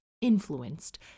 influenced